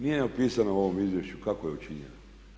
Nije napisana u ovom izvješću kako je učinjena.